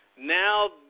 Now